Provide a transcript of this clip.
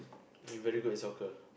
you very good at soccer